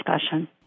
discussion